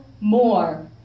more